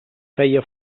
feia